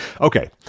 Okay